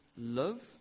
love